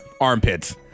armpits